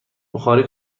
بخاری